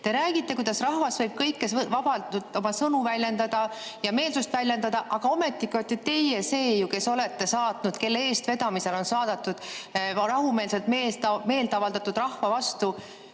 Te räägite, kuidas rahvas võib vabalt sõnu [kasutada] ja meelsust väljendada, aga ometi olete teie see, kes on saatnud, kelle eestvedamisel on saadetud rahumeelselt meelt avaldanud rahva vastu